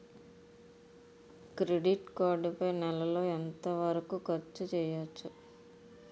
Credit card పై నెల లో ఎంత వరకూ ఖర్చు చేయవచ్చు?